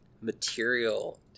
material